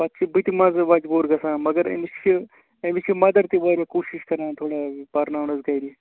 پَتہٕ چھُ بہٕ تہِ مَنٛزٕ مجبوٗر گَژھان مگر أمِس چھِ أمِس چھِ مَدر تہِ واریاہ کوٗشِش کران تھوڑا پَرٕناونَس گَرِ